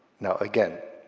now, again,